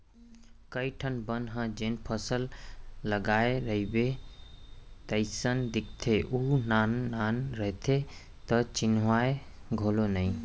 कइ ठन बन ह जेन फसल लगाय रइबे तइसने दिखते अउ नान नान रथे त चिन्हावय घलौ नइ